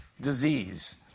disease